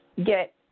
get